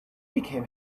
became